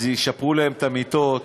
אז ישפרו להם את המיטות,